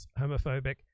homophobic